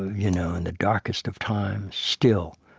you know in the darkest of times still,